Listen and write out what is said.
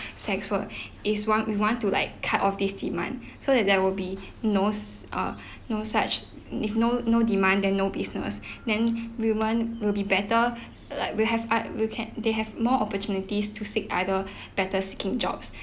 sex work is what we want to like cut off this demand so that there will be no s~ uh no such if no no demand then no business then women will be better uh like will have other to look at they have more opportunities to seek either better-seeking jobs